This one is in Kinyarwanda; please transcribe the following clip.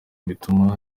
bituma